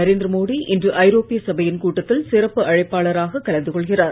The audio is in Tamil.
நரேந்திர மோடி இன்று ஐரோப்பிய சபையின் கூட்டத்தில் சிறப்பு அழைப்பாளராக கலந்து கொள்கிறார்